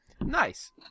nice